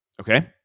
Okay